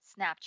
Snapchat